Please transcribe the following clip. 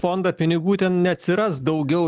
fondą pinigų ten neatsiras daugiau